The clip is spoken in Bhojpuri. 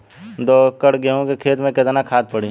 दो एकड़ गेहूँ के खेत मे केतना खाद पड़ी?